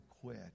quit